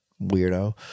weirdo